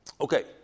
Okay